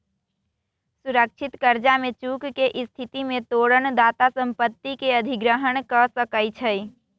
सुरक्षित करजा में चूक के स्थिति में तोरण दाता संपत्ति के अधिग्रहण कऽ सकै छइ